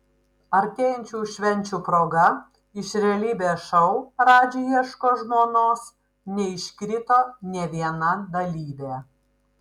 artėjančių švenčių proga iš realybės šou radži ieško žmonos neiškrito nė viena dalyvė